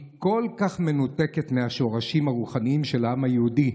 היא כל כך מנותקת מהשורשים הרוחניים של העם היהודי,